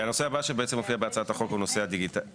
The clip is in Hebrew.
הנושא הבא שהעצם מופיע בהצעת החוק זה נושא הדיגיטציה.